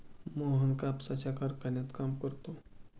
मोहन कापसाच्या कारखान्यात काम करतो